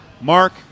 Mark –